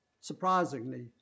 surprisingly